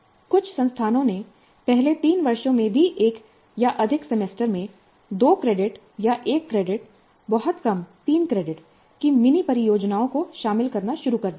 कुछ संस्थानों ने पहले 3 वर्षों में भी एक या अधिक सेमेस्टर में दो क्रेडिट या एक क्रेडिट बहुत कम तीन क्रेडिट की मिनी परियोजनाओं को शामिल करना शुरू कर दिया है